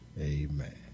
Amen